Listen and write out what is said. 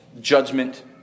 judgment